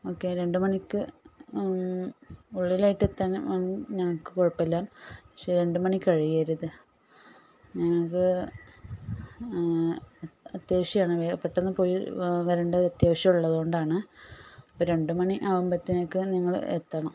okay രണ്ടു മണിക്ക് ഉള്ളിലായിട്ട് എത്താൻ ഞങ്ങൾക്ക് കുഴപ്പമില്ല പക്ഷേ രണ്ടു മണി കഴിയരുത് ഞങ്ങൾക്ക് അത്യാവശ്യമാണ് പെട്ടെന്ന് പോയി വരേണ്ട അത്യാവശ്യം ഉള്ളത് കൊണ്ടാണ് അപ്പം രണ്ടു മണി ആകുമ്പഴത്തേക്ക് നിങ്ങൾ എത്തണം